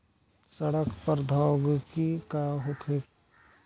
सड़न प्रधौगकी का होखे?